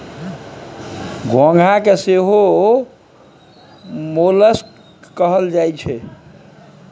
घोंघा के सेहो मोलस्क कहल जाई छै